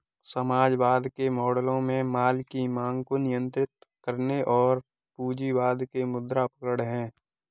समाजवाद के मॉडलों में माल की मांग को नियंत्रित करने और पूंजीवाद के मुद्रा उपकरण है